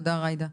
תודה ג'ידא.